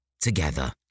together